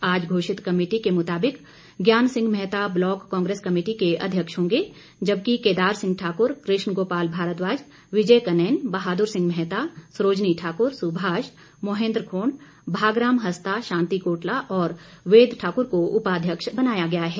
आज घोषित कमेटी के मुताबिक ज्ञान सिंह मेहता ब्लॉक कांग्रेस कमेटी के अध्यक्ष होंगे जबकि केदार सिंह ठाकुर कृष्ण गोपाल भारद्वाज विजय कनेन बहादुर सिंह मेहता सरोजनी ठाकुर सुभाष मोहिन्द्र खोंड भागराम हस्ता शांति कोटला और वेद ठाकुर को उपाध्यक्ष बनाया गया है